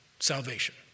salvation